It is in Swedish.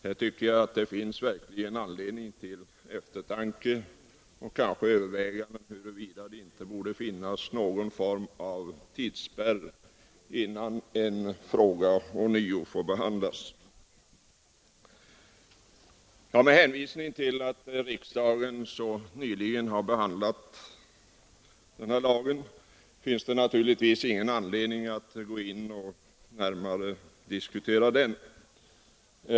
Jag tycker att det verkligen finns anledning till eftertanke och kanske till överväganden huruvida det inte borde finnas någon form av tidsspärr för när en fråga ånyo får behandlas. Eftersom riksdagen så nyligen har behandlat denna lag finns det naturligtvis ingen anledning att närmare diskutera den.